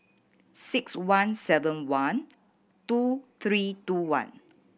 six one seven one two three two one